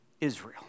Israel